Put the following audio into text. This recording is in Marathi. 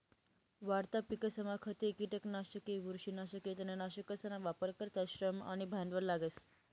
वाढता पिकसमा खते, किटकनाशके, बुरशीनाशके, तणनाशकसना वापर करता श्रम आणि भांडवल लागस